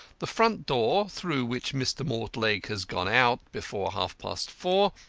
the front door, through which mr. mortlake has gone out before half-past four,